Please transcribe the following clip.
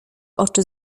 oczy